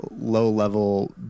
low-level